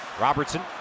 Robertson